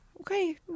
Okay